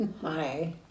Hi